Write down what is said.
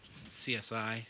CSI